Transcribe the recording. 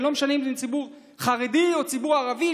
ולא משנה אם זה ציבור חרדי או ציבור ערבי,